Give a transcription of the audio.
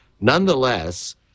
Nonetheless